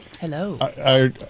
Hello